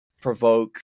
provoke